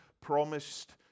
promised